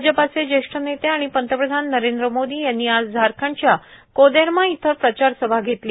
भाजपाचे जेष्ठ नेते आणि पंतप्रधान नरेंद्र मोदी यांनी आज झारखंडच्या कोदेर्मा इथं प्रचारसभा घेतली